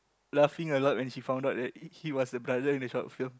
laughing aloud when she found out that he was a brother in the short film